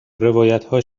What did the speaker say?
روایتها